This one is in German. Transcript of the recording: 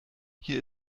hier